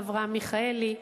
אברהם מיכאלי,